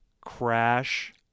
crash